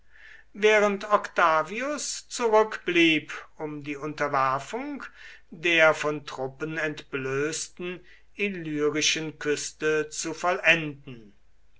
während octavius zurückblieb um die unterwerfung der von truppen entblößten illyrischen küste zu vollenden